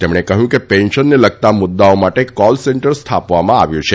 તેમણે કહ્યું કે પેન્શનને લગતા મુદ્દાઓ માટે કોલ સેન્ટર સ્થાપવામાં આવ્યું છે